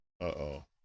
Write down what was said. Uh-oh